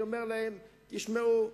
אני אומר להם: תשמעו,